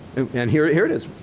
and here it here it is.